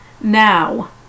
Now